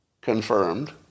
confirmed